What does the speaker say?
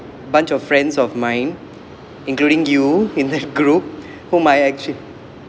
bunch of friends of mine including you in that group whom I actually